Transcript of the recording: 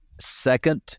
second